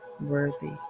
worthy